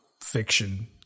fiction